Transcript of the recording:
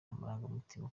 amarangamutima